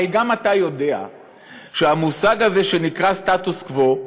הרי גם אתה יודע שהמושג הזה שנקרא סטטוס-קוו,